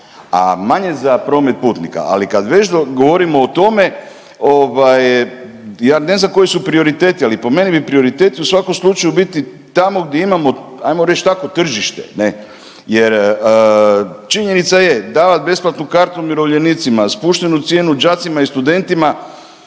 a manje za promet putnika, ali kad već govorimo o tome, ovaj, ja ne znam koji su prioriteti, ali po meni bi prioritet u svakom slučaju biti tamo gdje imamo, ajmo reći, takvo tržište, ne? Jer, činjenica je, davati besplatnu kartu umirovljenicima, spuštenu cijenu đacima i studentima.